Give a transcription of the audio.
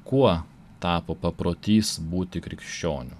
kuo tapo paprotys būti krikščioniu